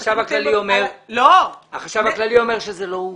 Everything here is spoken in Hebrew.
החשב הכללי אומר שזה לא הוא.